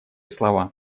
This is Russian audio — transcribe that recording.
слова